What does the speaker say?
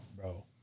bro